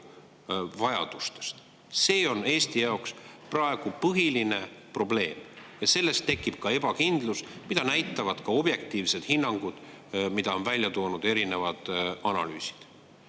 vajadustest? See on Eesti jaoks praegu põhiline probleem ja sellest tekib ka ebakindlus, mida näitavad ka objektiivsed hinnangud, mida on välja toonud eri analüüsid.